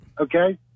Okay